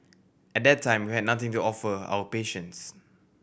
at that time we had nothing to offer our patients